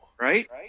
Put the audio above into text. right